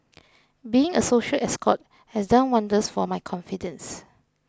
being a social escort has done wonders for my confidence